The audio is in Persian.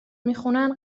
میخونن